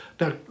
Now